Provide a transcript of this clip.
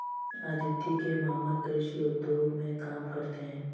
अदिति के मामा कृषि उद्योग में काम करते हैं